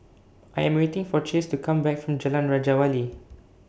I Am waiting For Chace to Come Back from Jalan Raja Wali